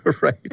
right